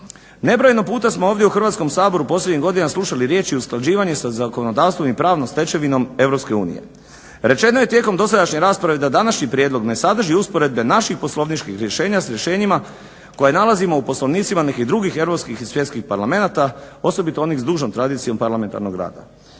Nebrojeno puta smo ovdje u Hrvatskom saboru posljednjih godina slušali riječi i usklađivanje sa zakonodavstvom i pravnom stečevinom Europske unije. Rečeno je tijekom dosadašnje rasprave da današnji prijedlog ne sadrži usporedbe naših poslovničkih rješenja sa rješenjima koje nalazimo u poslovnicima nekih drugih europskih i svjetskih Parlamenata osobito onih s dužom tradicijom parlamentarnog rada.